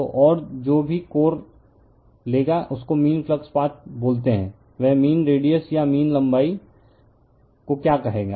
तो और जो भी कोर लेगा उसको मीन फ्लक्स पाथ बोलते है वह मीन रेडिअस या मीन लंबाई को क्या कहेगा